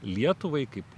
lietuvai kaip